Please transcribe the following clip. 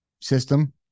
system